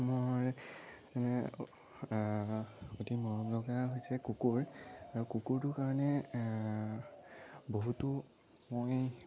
মোৰ মানে অতি মৰম লগা হৈছে কুকুৰ আৰু কুকুৰটোৰ কাৰণে বহুতো মই